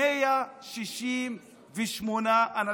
168 אנשים,